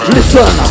Listen